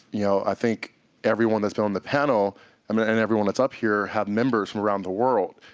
you know, i think everyone that's been on the panel i mean and everyone that's up here have members from around the world.